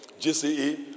GCE